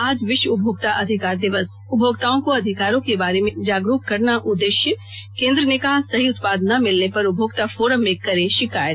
आज विश्व उपभोक्ता अधिकार दिवस उपभोक्ताओं को अधिकारों के बारे में जागरूक करना उददेश्य केन्द्र ने कहा सही उत्पाद न मिलने पर उपभोक्ता फोरम में करें शिकायत